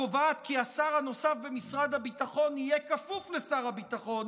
הקובעת כי השר הנוסף במשרד הביטחון יהיה כפוף לשר הביטחון,